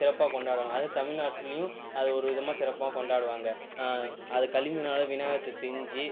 சிறப்பாக கொண்டாடுவாங்க அதுவும் தமிழ்நாட்டுலேயும் அது ஒரு விதமாக சிறப்பாக கொண்டாடுவாங்க அது களிமண்ணால் விநாயகத்தை செஞ்சு